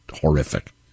horrific